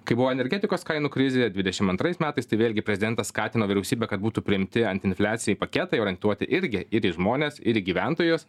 kai buvo energetikos kainų krizė dvidešim antrais metais tai vėlgi prezidentas skatino vyriausybę kad būtų priimti antiinfliacijai paketai orientuoti irgi ir į žmones ir į gyventojus